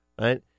right